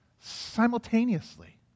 simultaneously